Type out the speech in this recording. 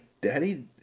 daddy